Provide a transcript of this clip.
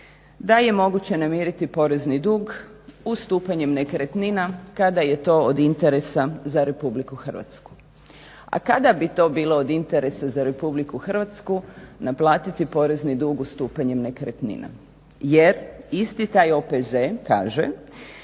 "da je moguće namiriti porezni dug ustupanjem nekretnina kada je to od interesa za RH". A kada bi to bilo od interesa za RH naplatiti porezni dug ustupanjem nekretnina, jer isti taj OPZ kaže